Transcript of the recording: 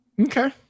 Okay